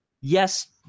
yes